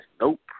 Nope